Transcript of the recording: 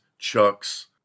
Chucks